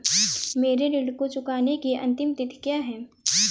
मेरे ऋण को चुकाने की अंतिम तिथि क्या है?